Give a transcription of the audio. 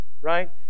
Right